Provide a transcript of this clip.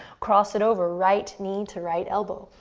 cross it over, right knee to right elbow.